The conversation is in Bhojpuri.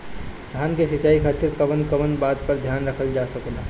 धान के सिंचाई खातिर कवन कवन बात पर ध्यान रखल जा ला?